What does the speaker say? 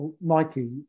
Nike